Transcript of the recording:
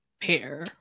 pair